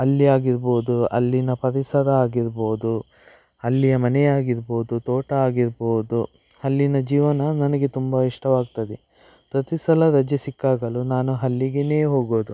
ಅಲ್ಲಿ ಆಗಿರ್ಬೋದು ಅಲ್ಲಿನ ಪರಿಸರ ಆಗಿರ್ಬೋದು ಅಲ್ಲಿಯ ಮನೆ ಆಗಿರ್ಬೋದು ತೋಟ ಆಗಿರ್ಬೋದು ಅಲ್ಲಿನ ಜೀವನ ನನಗೆ ತುಂಬ ಇಷ್ಟವಾಗ್ತದೆ ಪ್ರತಿ ಸಲ ರಜೆ ಸಿಕ್ಕಾಗಲೂ ನಾನು ಅಲ್ಲಿಗೇನೇ ಹೋಗೋದು